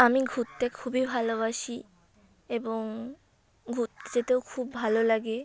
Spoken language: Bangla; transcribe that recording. আমি ঘুরতে খুবই ভালোবাসি এবং ঘুরতে যেতেও খুব ভালো লাগে